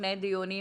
שני דיונים,